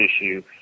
issue